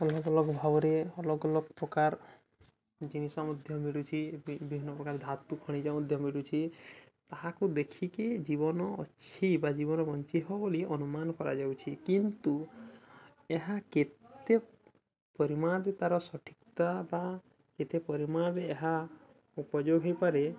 ଅଲଗା ଅଲଗା ଭାବରେ ଅଲଗା ଅଲଗା ପ୍ରକାରାର ଜିନିଷ ମଧ୍ୟ ମିଳୁଛି ବିଭିନ୍ନ ପ୍ରକାର ଧାତୁ ଖଣିଜ ମଧ୍ୟ ମିଳୁଛି ତାହାକୁ ଦେଖିକି ଜୀବନ ଅଛି ବା ଜୀବନ ବଞ୍ଚି ହେବ ବୋଲି ଅନୁମାନ କରାଯାଉଛି କିନ୍ତୁ ଏହା କେତେ ପରିମାଣରେ ତା'ର ସଠିକତା ବା କେତେ ପରିମାଣରେ ଏହା ଉପଯୋଗ ହେଇପାରେ